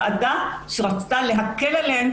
היא ועדה שרצתה להקל עליהן,